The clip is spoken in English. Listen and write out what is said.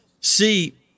see